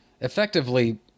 effectively